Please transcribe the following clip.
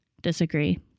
Disagree